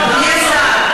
אדוני השר,